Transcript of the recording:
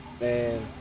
man